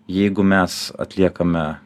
jeigu mes atliekame